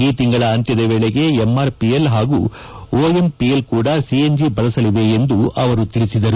ಈ ತಿಂಗಳ ಅಂತ್ಯದ ವೇಳೆಗೆ ಎಂ ಆರ್ ಪಿ ಎಲ್ ಹಾಗೂ ಒಎಂಪಿಎಲ್ ಕೂಡಾ ಸಿ ಎನ್ ಜಿ ಬಳಸಲಿವೆ ಎಂದು ಅವರು ತಿಳಿಸಿದರು